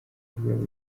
rwego